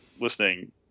listening